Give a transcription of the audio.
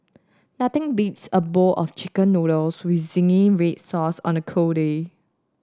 nothing beats a bowl of chicken noodles with zingy red sauce on a cold day